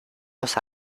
los